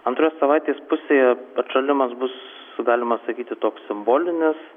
antroje savaitės pusėje atšalimas bus galima sakyti toks simbolinis